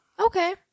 Okay